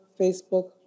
Facebook